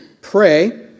pray